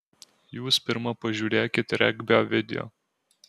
jūs pirma pažiūrėkit regbio video